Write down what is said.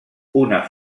una